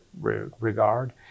regard